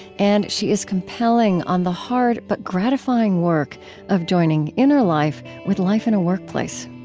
and she is compelling on the hard but gratifying work of joining inner life with life in a workplace